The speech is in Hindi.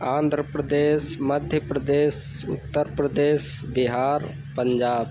आन्ध्र प्रदेश मध्य प्रदेश उत्तर प्रदेश बिहार पंजाब